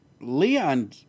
Leon